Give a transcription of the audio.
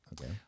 okay